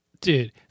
Dude